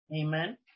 Amen